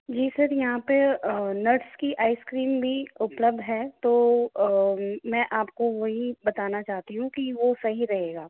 जी sir यहाँ पर nuts की आइसक्रीम भी उपलब्ध है तो मैं आपको वही बताना चाहती हूँ कि वो सही रहेगा